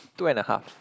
two and a half